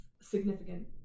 significant